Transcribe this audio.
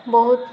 ବହୁତ